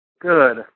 Good